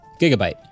Gigabyte